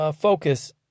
focus